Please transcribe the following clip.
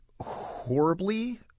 horribly